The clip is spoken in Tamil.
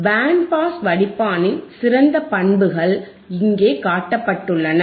பேண்ட் பாஸ் வடிப்பானின் சிறந்த பண்புகள் இங்கே காட்டப்பட்டுள்ளன